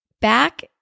Back